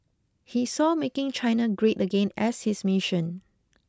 he saw making China great again as his mission